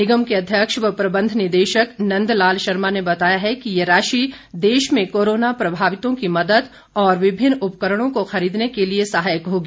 निगम के अध्यक्ष व प्रबंध निदेशक नंदलाल शर्मा ने बताया है कि ये राशि देश में कोरोना प्रभावितों की मदद और विभिन्न उपकरणों को खरीदने के लिए सहायक होगी